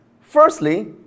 Firstly